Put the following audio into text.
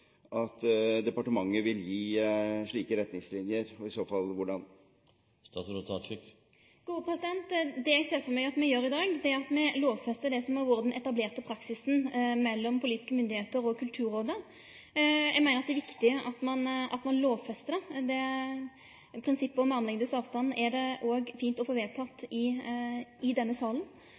at departementet fortsatt vil gi slike retningslinjer – og i så fall: hvordan? Det eg i dag ser for meg at me gjer, er at me lovfestar det som har vore den etablerte praksisen mellom politiske myndigheiter og Kulturrådet. Eg meiner det er viktig at me lovfestar det. Prinsippet om armlengdes avstand er det òg fint å få vedteke i denne salen.